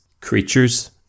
creatures